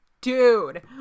dude